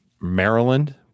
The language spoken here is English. Maryland